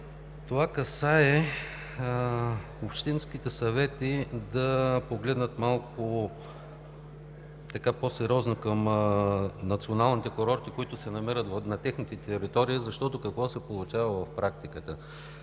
това касае общинските съвети да погледнат малко по-сериозно към националните курорти, които се намират на техните територии. Защото какво се получава в практиката?